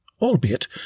albeit